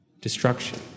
destruction